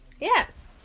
Yes